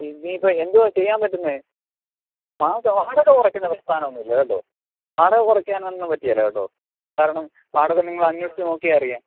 ഇനിയിപ്പോൾ എന്തുവാ ചെയ്യാൻ പറ്റുന്നത് മാസം വാടക കുറയ്ക്കുന്ന പ്രസ്ഥാനം ഒന്നുമില്ല കേട്ടോ വാടക കുറയ്ക്കാനൊന്നും പറ്റില്ല കേട്ടോ കാരണം വാടക നിങ്ങൾ അന്വേഷിച്ചു നോക്കിയാൽ അറിയാം